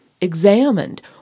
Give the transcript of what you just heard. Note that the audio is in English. examined